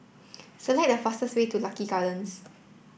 select the fastest way to Lucky Gardens